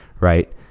right